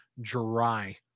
dry